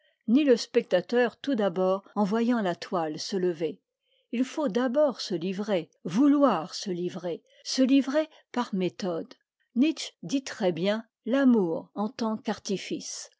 ni le spectateur tout d'abord en voyant la toile se lever il faut d'abord se livrer vouloir se livrer se livrer par méthode nietzsche dit très bien l'amour en tant